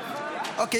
--- אוקיי.